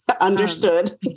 Understood